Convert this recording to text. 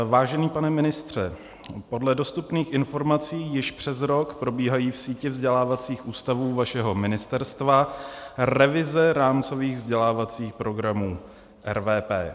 Vážený pane ministře, podle dostupných informací již přes rok probíhají v síti vzdělávacích ústavů vašeho ministerstva revize rámcových vzdělávacích programů, RVP.